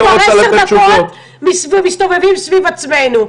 אנחנו כבר עשר דקות מסתובבים סביב עצמנו.